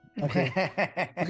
okay